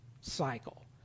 cycle